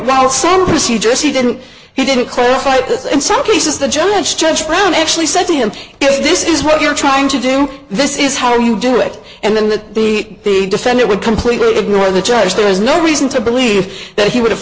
well some procedures he didn't he didn't clarify this in some cases the judge judge brown actually said to him if this is what you're trying to do this is how you do it and then the the the defendant would completely ignore the judge there is no reason to believe that he would have